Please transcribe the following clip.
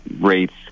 rates